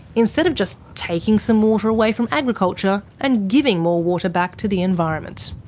instead of just taking some water away from agriculture and giving more water back to the environment.